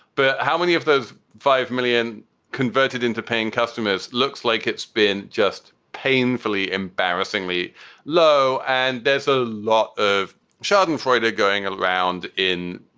but how many of those five million converted into paying customers? looks like it's been just painfully, embarrassingly low. and there's a lot of schadenfreude going around in,